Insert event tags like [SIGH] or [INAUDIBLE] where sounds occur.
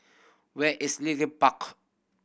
where is [UNINTELLIGIBLE] bark